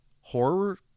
horror